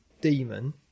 demon